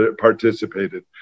participated